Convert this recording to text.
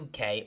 UK